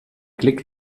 klick